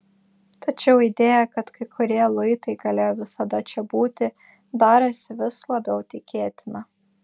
tačiau idėja kad kai kurie luitai galėjo visada čia būti darėsi vis labiau tikėtina